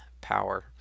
power